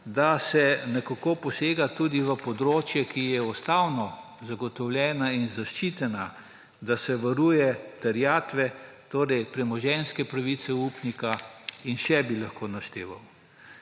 da se nekako posega tudi v področje, ki je ustavno zagotovljeno in zaščiteno, da se varujejo terjatve ‒ torej premoženjske pravice upnika ‒ in še bi lahko našteval.